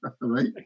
right